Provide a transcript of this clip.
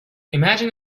imagine